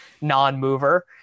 non-mover